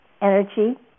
energy